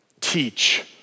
teach